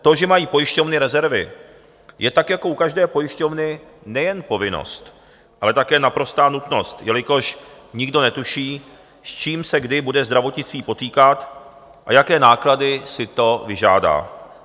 To, že mají pojišťovny rezervy, je tak jako u každé pojišťovny nejen povinnost, ale také naprostá nutnost, jelikož nikdo netuší, s čím se kdy bude zdravotnictví potýkat a jaké náklady si to vyžádá.